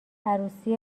عروسی